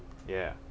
yeah